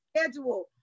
schedule